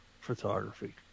photography